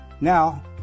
Now